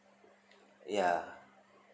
ya